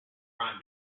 crime